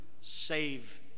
save